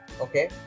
okay